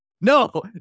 No